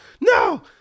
no